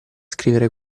scrivere